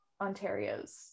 Ontario's